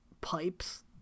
pipes